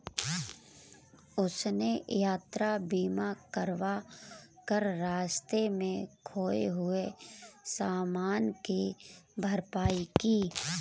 उसने यात्रा बीमा करवा कर रास्ते में खोए हुए सामान की भरपाई की